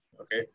Okay